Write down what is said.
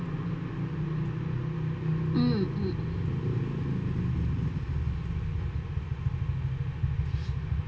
mm mm